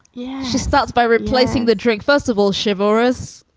yeah. she starts by replacing the drink. first of all, chivalrous.